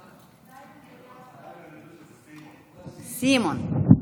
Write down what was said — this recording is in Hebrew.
סיימון,